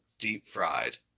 deep-fried